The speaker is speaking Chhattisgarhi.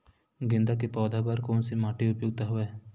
गेंदा के पौधा बर कोन से माटी उपयुक्त हवय?